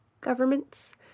governments